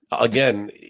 again